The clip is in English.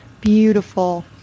beautiful